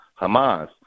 Hamas